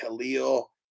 Khalil